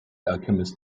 alchemist